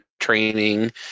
training